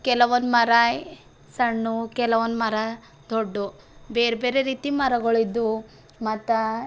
ಕೆಲವೊಂದು ಮರ ಸಣ್ಣವು ಕೆಲವೊಂದು ಮರ ದೊಡ್ಡವು ಬೇರೆಬೇರೆ ರೀತಿ ಮರಗಳು ಇದ್ವು ಮತ್ತೆ